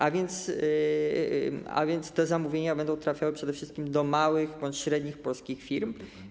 A więc te zamówienia będą trafiały przede wszystkim do małych bądź średnich polskich firm.